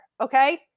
okay